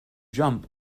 jump